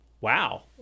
Wow